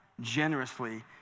generously